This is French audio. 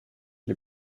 les